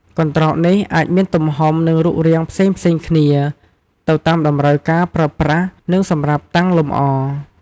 កន្ត្រកនេះអាចមានទំហំ និងរូបរាងផ្សេងៗគ្នា ទៅតាមតម្រូវការប្រើប្រាស់ និងសម្រាប់តាំងលម្អ។